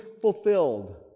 fulfilled